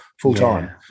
full-time